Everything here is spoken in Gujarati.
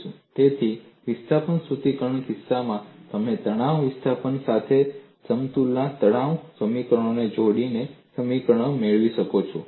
તેથી વિસ્થાપન સૂત્રીકરણ કિસ્સામાં તમે તણાવ વિસ્થાપન સાથે સમતુલાના તણાવ સમીકરણોને જોડીને સમીકરણો મેળવી શકો છો